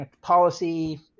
policy